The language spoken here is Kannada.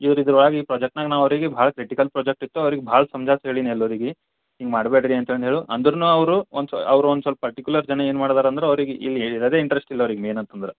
ಇವ್ರು ಇದ್ರೊಳಗೆ ಈ ಪ್ರಾಜೆಕ್ಟ್ನಾಗ ನಾ ಅವ್ರಿಗೆ ಭಾಳ ಕ್ರಿಟಿಕಲ್ ಪ್ರಾಜೆಕ್ಟ್ ಇತ್ತು ಅವ್ರಿಗೆ ಭಾಳ ಸಮ್ಜಾಯ್ಸಿ ಹೇಳೀನಿ ಎಲ್ಲರಿಗೆ ಹಿಂಗೆ ಮಾಡಬೇಡ್ರಿ ಅಂತಂದು ಹೇಳಿ ಅಂದ್ರೂನು ಅವರು ಒಂದು ಸೊ ಅವ್ರು ಒಂದು ಸ್ವಲ್ಪ ಪರ್ಟಿಕುಲರ್ ಜನ ಏನು ಮಾಡಿದಾರ ಅಂದ್ರೆ ಅವ್ರಿಗೆ ಇಲ್ಲಿ ಇರೋದೇ ಇಂಟ್ರಸ್ಟಿಲ್ಲ ಅವ್ರಿಗೆ ಮೇನ್ ಅಂತಂದ್ರೆ